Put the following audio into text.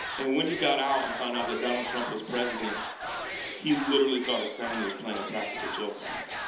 and when he got out and found out that donald trump was president he literally thought his family was playing a practical joke on him.